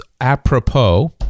apropos